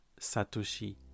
satoshi